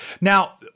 now